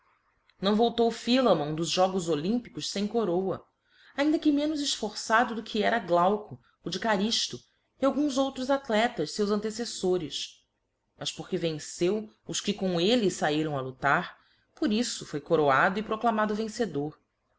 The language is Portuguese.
não voltou philammon dos jogos olympicos fem coroa ainda que menos efforçado do que era glauco o de caryfto e alguns outros athletas feus anteceffores mas porque venceu os que com elle fairam a luélar por iflb foi coroado e proclamado vencedor